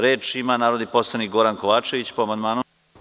Reč ima narodni poslanik Goran Kovačević, po amandmanu.